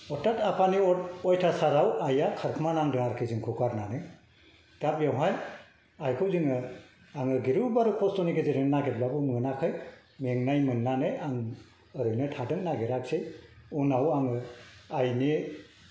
हथात आफानि अयथासाराव आइआ खारखोमानांदों आरोखि जोंखौ गारनानै दा बेयावहाय आइखौ जोङो आङो गिलु बालु खस्थ'नि गेजेरजों नागेरब्लाबो मोनाखै मेंनाय मोननानै आं ओरैनो थादों नागेराखिसै उनाव आङो आइनि